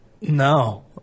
No